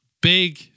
Big